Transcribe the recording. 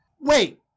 Wait